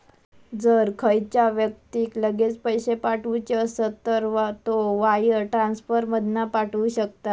जर खयच्या व्यक्तिक लगेच पैशे पाठवुचे असत तर तो वायर ट्रांसफर मधना पाठवु शकता